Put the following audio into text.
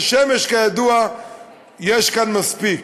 ושמש כידוע יש כאן מספיק.